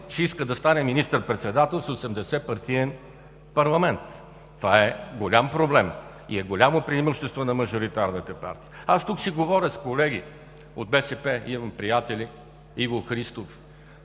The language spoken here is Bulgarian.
ще иска да стане министър-председател с 80-партиен парламент?! Това е голям проблем и голямо преимущество на мажоритарните… Тук си говоря с колеги, от БСП имам приятели – с Иво Христов,